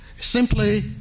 simply